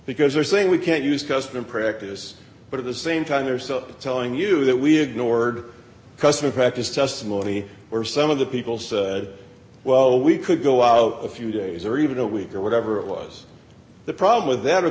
because they're saying we can't use custom practice but at the same time there are so telling you that we ignored customer practice testimony or some of the people say well we could go out a few days or even a week or whatever it was the problem with that of